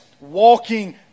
walking